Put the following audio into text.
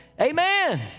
Amen